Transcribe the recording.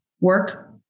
work